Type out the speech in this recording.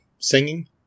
singing